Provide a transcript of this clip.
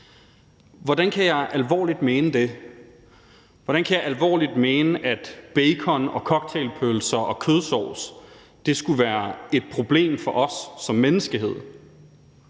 Hvordan kan jeg alvorligt mene det? Hvordan kan jeg alvorligt mene, at bacon og cocktailpølser og kødsovs skulle være et problem for os som menneskehed?